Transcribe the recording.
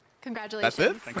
Congratulations